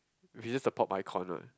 which is just a pop icon ah